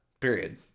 period